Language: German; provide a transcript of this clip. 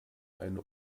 eine